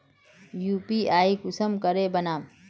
UPI कुंसम करे बनाम?